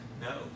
no